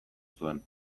zuen